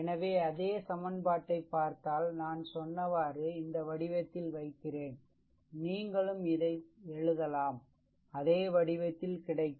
எனவே அதே சமன்பாட்டைப் பார்த்தால் நான் சொன்னவாறு இந்த வடிவத்தில் வைக்கிறேன் நீங்களும் இதை எழுதலாம் அதே வடிவத்தில் கிடைக்கும்